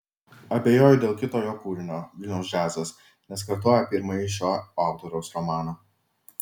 abejoju dėl kito jo kūrinio vilniaus džiazas nes kartoja pirmąjį šio autoriaus romaną